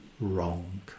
wrong